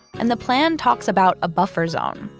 and the plan talks about a buffer zone,